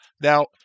Now